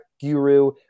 guru